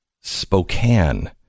Spokane